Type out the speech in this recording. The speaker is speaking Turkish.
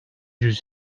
yüz